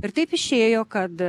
ir taip išėjo kad